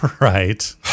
Right